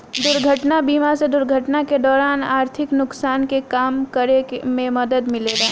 दुर्घटना बीमा से दुर्घटना के दौरान आर्थिक नुकसान के कम करे में मदद मिलेला